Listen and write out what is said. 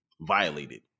violated